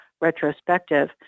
retrospective